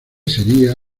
sería